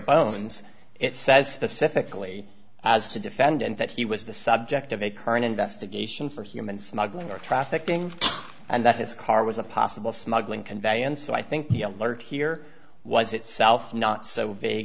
barebones it says specifically as to defendant that he was the subject of a current investigation for human smuggling or trafficking and that his car was a possible smuggling conveyance so i think the alert here was itself not so